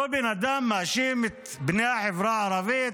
אותו בן אדם מאשים את בני החברה הערבית?